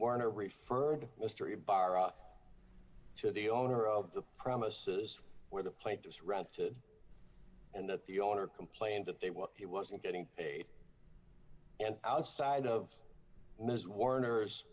warner referred d mystery bara to the owner of the premises where the plane just rented d and that the owner complained that they well it wasn't getting paid and outside of ms warner's